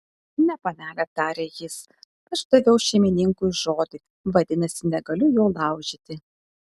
ne panele tarė jis aš daviau šeimininkui žodį vadinasi negaliu jo laužyti